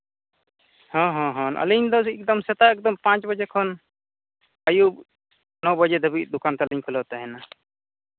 ᱦᱮᱸ ᱦᱮᱸ ᱟᱹᱞᱤᱧ ᱫᱚ ᱥᱮᱛᱟᱜ ᱮᱠᱫᱚᱢ ᱯᱟᱸᱪ ᱵᱟᱡᱮ ᱠᱷᱚᱱ ᱟᱹᱭᱩᱵ ᱱᱚ ᱵᱟᱡᱮ ᱠᱷᱚᱱ ᱫᱚᱠᱟᱱ ᱛᱟᱹᱞᱤᱧ ᱠᱷᱩᱞᱟᱹᱣ ᱛᱟᱦᱮᱱᱟ